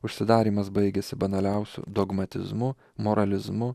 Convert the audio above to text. užsidarymas baigiasi banaliausiu dogmatizmu moralizmu